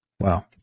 Wow